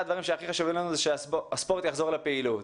הדברים שחשובים לנו שהספורט יחזור לפעילות.